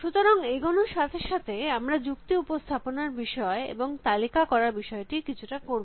সুতরাং এগানোর সাথে সাথে আমরা যুক্তি উপস্থাপনার বিষয় এবং তালিকা করার বিষয়টি কিছুটা করব